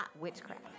witchcraft